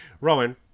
Rowan